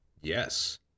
yes